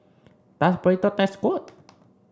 does Burrito taste good